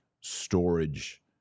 storage